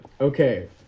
Okay